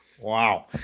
Wow